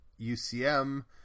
UCM